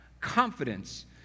confidence